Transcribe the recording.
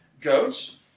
goats